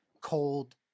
cold